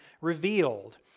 revealed